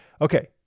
Okay